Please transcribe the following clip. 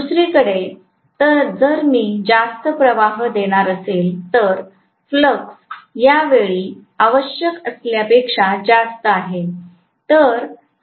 दुसरीकडे जर मी जास्त प्रवाह देणार असेल तर फ्लक्स या वेळी आवश्यक असलेल्यापेक्षा जास्त आहे